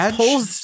pulls